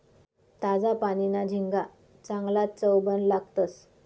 ताजा पानीना झिंगा चांगलाज चवबन लागतंस